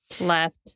left